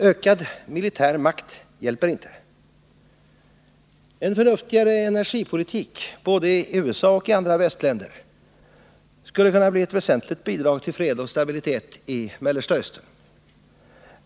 Ökad militär makt hjälper inte. En förnuftigare energipolitik både i USA och i andra västländer skulle kunna bli ett väsentligt bidrag till fred och stabilitet i Mellersta Östern.